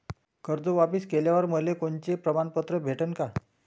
कर्ज वापिस केल्यावर मले कोनचे प्रमाणपत्र भेटन का?